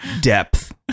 Depth